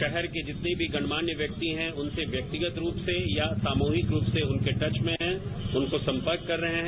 शहर के जितने भी गणमान्य व्यक्ति हैं उनसे व्यक्तिगत रूप से या सामूहिक रूप से उनके टच में हैं उनको संपर्क कर रहे हैं